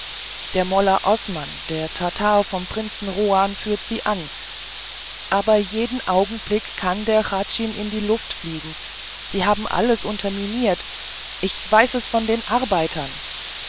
der molla osman der tatar vom prinzen rohan führt sie an aber jeden augenblick kann der hradschin in die luft fliegen sie haben alles unterminiert ich weiß es von den arbeitern